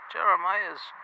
Jeremiah's